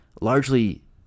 largely